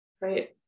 Right